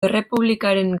errepublikaren